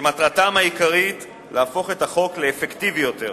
שמטרתם העיקרית להפוך את החוק לאפקטיבי יותר.